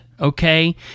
okay